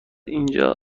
اینجا